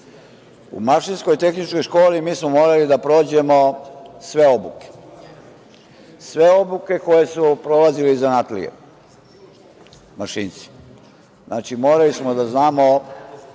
mašinsko-tehničkoj školi mi smo morali da prođemo sve obuke, sve obuke koje su prolazili zanatlije, mašinci. Znači, morali smo da znamo